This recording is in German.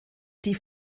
die